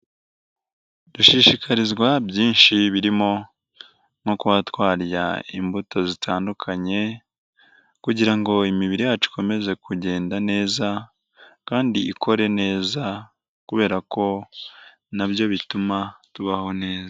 Dushishikarizwa byinshi birimo nko kuba twarya imbuto zitandukanye kugira ngo imibiri yacu ikomeze kugenda neza, kandi ikore neza kubera ko nabyo bituma tubaho neza.